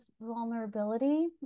vulnerability